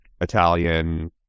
italian